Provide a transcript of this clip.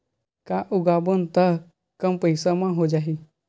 का उगाबोन त कम पईसा म हो जाही?